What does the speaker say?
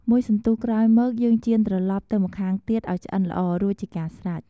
មួយសន្ទុះក្រោយមក យើងចៀនត្រឡប់ទៅម្ខាងទៀតឱ្យឆ្អិនល្អ រួចជាការស្រេច។